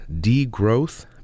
Degrowth